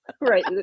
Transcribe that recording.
Right